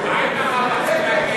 מה עם, סליחה?